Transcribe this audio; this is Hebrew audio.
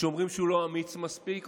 שאומרים שהוא לא אמיץ מספיק,